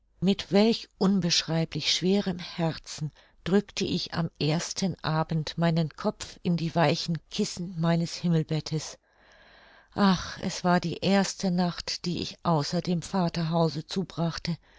mit welch unbeschreiblich schwerem herzen drückte ich am ersten abend meinen kopf in die weichen kissen meines himmelbettes ach es war die erste nacht die ich außer dem vaterhause zubrachte